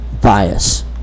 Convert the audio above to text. bias